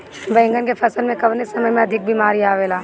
बैगन के फसल में कवने समय में अधिक बीमारी आवेला?